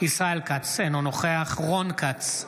ישראל כץ, אינו נוכח רון כץ,